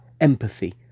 empathy